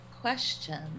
question